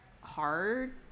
hard